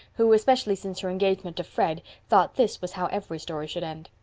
who, especially since her engagement to fred, thought this was how every story should end.